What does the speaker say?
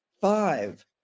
five